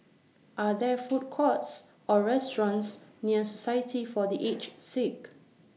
Are There Food Courts Or restaurants near Society For The Aged Sick